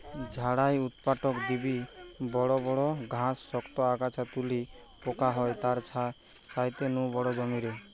ঝাড়াই উৎপাটক দিকি বড় বড় ঘাস, শক্ত আগাছা তুলি পোকা হয় তার ছাইতে নু বড় জমিরে